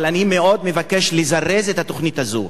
אבל אני מאוד מבקש לזרז את התוכנית הזאת.